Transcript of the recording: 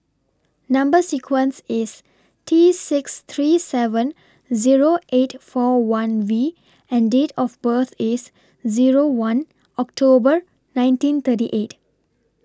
Number sequence IS T six three seven Zero eight four one V and Date of birth IS Zero one October nineteen thirty eight